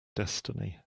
destiny